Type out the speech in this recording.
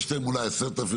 יש להם אולי 10,000,